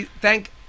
Thank